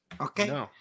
Okay